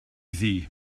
ddu